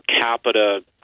capita